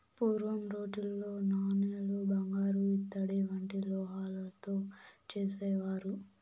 పూర్వం రోజుల్లో నాణేలు బంగారు ఇత్తడి వంటి లోహాలతో చేసేవారు